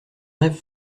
rêve